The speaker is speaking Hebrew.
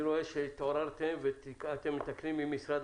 אני רואה שהתעוררתם ואתם מתקנים: "במקום: